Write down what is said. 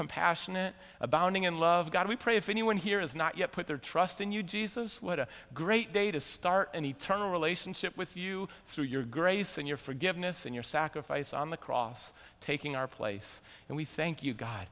compassionate abounding and love god we pray if anyone here has not yet put their trust in you jesus what a great day to start an eternal relationship with you through your grace and your forgiveness and your sacrifice on the cross taking our place and we thank